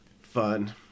Fun